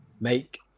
make